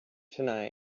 tonight